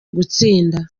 gutsinda